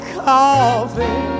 coffee